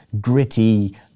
gritty